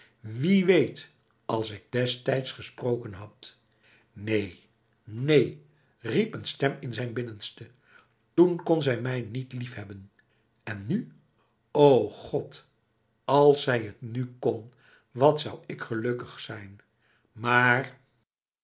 wie weet als ik destijds gesproken had neen neen riep een stem in zijn binnenste toen kon zij mij niet liefhebben en nu o god als zij het nu kon wat zou ik gelukkig zijn maar